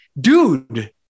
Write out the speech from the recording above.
dude